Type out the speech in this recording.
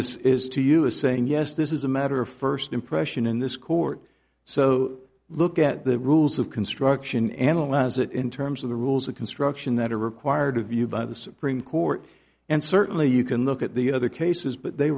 is is to you a saying yes this is a matter of first impression in this court so look at the rules of construction analyze it in terms of the rules of construction that are required of you by the supreme court and certainly you can look at the other cases but they